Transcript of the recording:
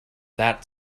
that